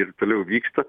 ir toliau vyksta